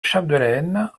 chapdelaine